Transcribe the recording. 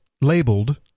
labeled